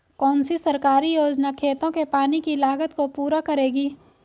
कौन सी सरकारी योजना खेतों के पानी की लागत को पूरा करेगी?